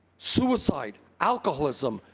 suicide, alcoholism,